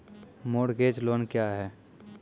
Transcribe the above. Mortgage loan क्या है?